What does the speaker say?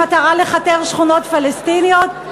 במטרה לכתר שכונות פלסטיניות,